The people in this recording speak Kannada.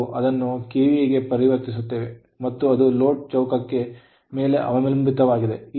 ನಾವು ಅದನ್ನು ಕೆವಿಎಗೆ ಪರಿವರ್ತಿಸುತ್ತೇವೆ ಮತ್ತು ಅದು load ಚೌಕದ ಮೇಲೆ ಅವಲಂಬಿತವಾಗಿದೆ